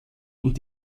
und